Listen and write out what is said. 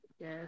Yes